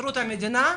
המדינה,